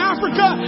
Africa